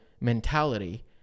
mentality